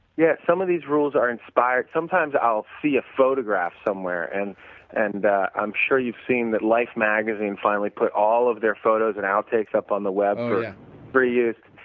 yeah. some of these rules are inspired, sometimes i'll see a photograph somewhere and and i am sure you've seen that life magazine finally put all of their photos and outtakes up on the web for use.